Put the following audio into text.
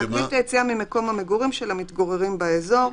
שזה להגביל את היציאה ממקום המגורים של המתגוררים באזור.